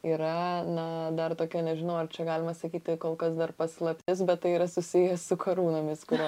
yra na dar tokio nežinau ar čia galima sakyti tai kol kas dar paslaptis bet tai yra susiję su karūnomis kurios